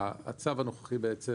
הצו הנוכחי בעצם